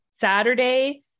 saturday